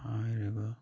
ꯍꯥꯏꯔꯤꯕ